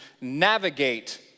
navigate